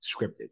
scripted